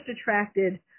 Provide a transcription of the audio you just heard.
attracted